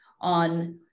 on